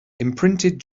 imprinted